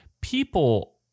People